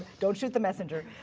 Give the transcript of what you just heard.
don't shoot the messenger.